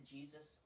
Jesus